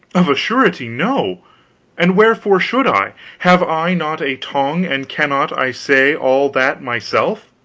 of a surety, no and wherefore should i? have i not a tongue, and cannot i say all that myself?